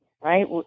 right